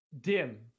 Dim